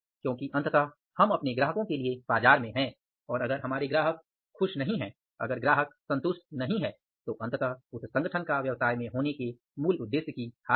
क्योंकि अंततः हम अपने ग्राहकों के लिए बाजार में हैं और अगर हमारे ग्राहक खुश नहीं हैं अगर ग्राहक संतुष्ट नहीं हैं तो अंततः उस संगठन का व्यवसाय में होने के मूल उद्देश्य की हार है